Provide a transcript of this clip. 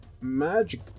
magic